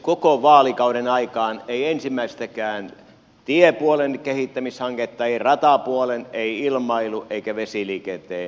koko vaalikauden aikaan ei ensimmäistäkään tiepuolen ei ratapuolen ei ilmailu eikä vesiliikenteen kehittämishanketta